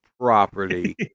property